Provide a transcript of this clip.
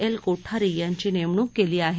L Kothari यांची नेमणूक केली आहे